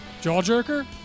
Jawjerker